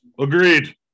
Agreed